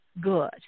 good